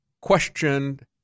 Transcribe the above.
questioned